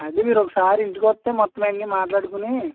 అదే మీరు ఒకసారి ఇంటికి వస్తే మొత్తం అయన్ని మాట్లాడుకొని